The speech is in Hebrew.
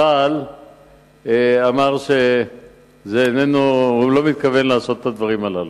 צה"ל אמר שהוא לא מתכוון לעשות את הדברים הללו.